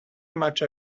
much